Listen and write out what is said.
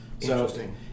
Interesting